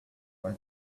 was